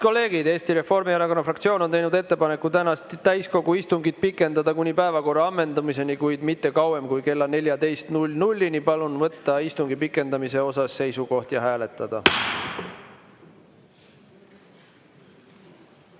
Head kolleegid, Eesti Reformierakonna fraktsioon on teinud ettepaneku tänast täiskogu istungit pikendada kuni päevakorra ammendumiseni, kuid mitte kauem kui kella 14-ni. Palun võtta istungi pikendamise osas seisukoht ja hääletada!